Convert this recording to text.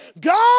God